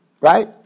Right